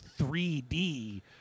3D